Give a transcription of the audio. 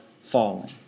falling